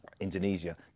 Indonesia